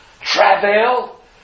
Travel